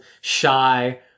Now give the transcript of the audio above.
shy